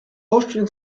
austrian